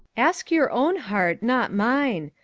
ask your own heart, not mine.